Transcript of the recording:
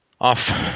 Off